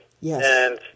Yes